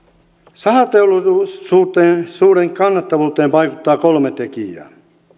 sahateollisuuden kannattavuuteen vaikuttaa kolme tekijää